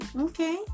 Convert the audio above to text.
Okay